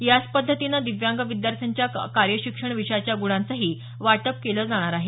याच पद्धतीनं दिव्यांग विद्यार्थ्यांच्या कार्यशिक्षण विषयाच्या गुणांचंही वाटप केलं जाणार आहे